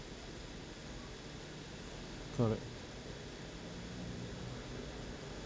correct